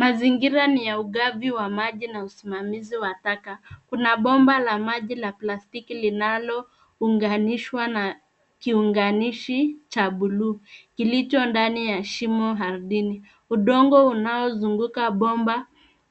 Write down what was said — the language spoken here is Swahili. Mazingira ni ya ugavi wa maji na usimamizi wa taka. Kuna bomba la maji la plastiki linalounganishwa na kiunganishi cha bluu, kilicho ndani ya shimo ardhini. Udongo unaozunguka bomba